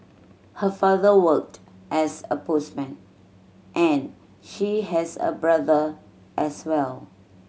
her father worked as a postman and she has a brother as well